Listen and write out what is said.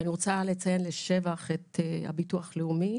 אני רוצה לציין לשבח את הביטוח הלאומי.